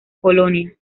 polonia